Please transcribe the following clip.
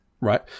right